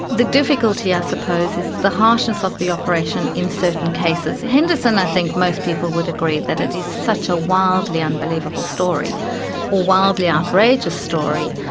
the difficulty i suppose is the harshness of the operation in certain cases. henderson, i think most people would agree that it is such a wildly unbelievable story or wildly outrageous story,